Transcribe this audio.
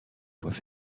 voies